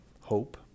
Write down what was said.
hope